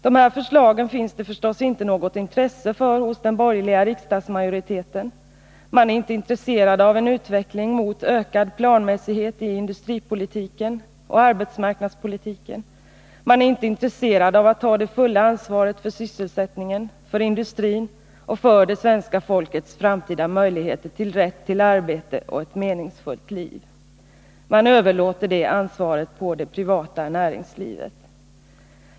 De här förslagen finns det förstås inte något intresse för hos den borgerliga riksdagsmajoriteten. Man är inte intresserad av en utveckling mot ökad planmässighet i industripolitiken och arbetsmarknadspolitiken — man är inte intresserad av att ta det fulla ansvaret för sysselsättningen, för industrin och för svenska folkets framtida möjligheter till rätt till arbete och ett meningsfullt liv. Man överlåter ansvaret på det privata näringslivet.